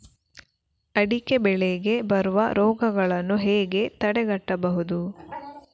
ಅಡಿಕೆ ಬೆಳೆಗೆ ಬರುವ ರೋಗಗಳನ್ನು ಹೇಗೆ ತಡೆಗಟ್ಟಬಹುದು?